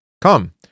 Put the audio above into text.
Come